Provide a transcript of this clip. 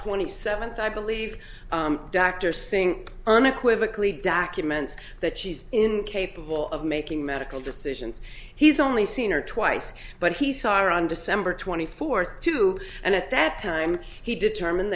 twenty seventh i believe dr singh unequivocally documents that she's incapable of making medical decisions he's only seen or twice but he saw her on december twenty fourth two and at that time he determine